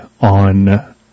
on